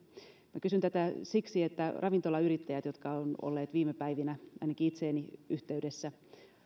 minä kysyn tätä siksi että ravintolayrittäjät jotka ovat olleet viime päivinä ainakin itseeni yhteydessä